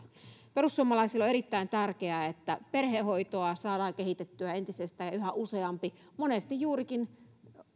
perussuomalaisille on erittäin tärkeää että perhehoitoa saadaan kehitettyä entisestään ja yhä useampi monesti juurikin